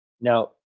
Now